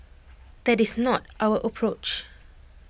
that is not our approach